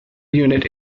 unit